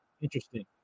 interesting